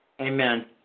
Amen